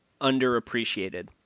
underappreciated